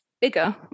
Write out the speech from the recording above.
bigger